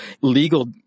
legal